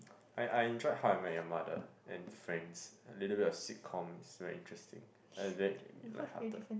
I I enjoyed How I Met Your Mother and Friends a little bit of sitcom is very interesting very lighthearted